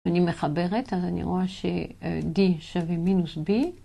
אני מחברת, אז אני רואה ש-d שווה מינוס b.